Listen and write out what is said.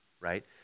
right